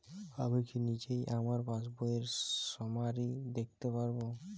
আমি কি নিজেই আমার পাসবইয়ের সামারি দেখতে পারব?